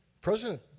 President